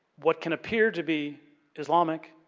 what can appear to be islamic